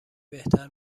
بهتر